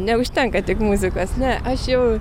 neužtenka tik muzikas ne aš jau